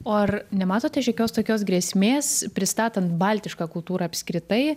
o ar nematote šiokios tokios grėsmės pristatant baltišką kultūrą apskritai